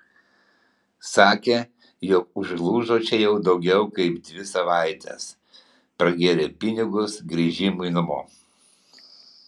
sakė jog užlūžo čia jau daugiau kaip dvi savaites pragėrė pinigus grįžimui namo